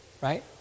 right